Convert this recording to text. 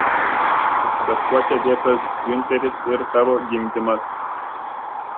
bet kuo čia dėtas giunteris ir tavo gimdymas